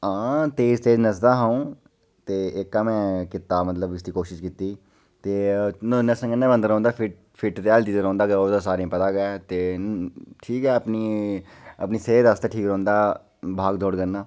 हां तेज तेज नस्सदा हा अऊं ते एह्का में कीता मतलब इसदी कोशिश कीती ते नस्सने कन्नै बंदा रौंह्दा फिट ते हैल्दी ते रौंहदा गै ऐ ओह् ते सारें गी पता गे ऐ ते ठीक ऐ अपनी सेह्त आस्तै ठीक रौंह्दा भाग दौड़ करना